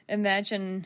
imagine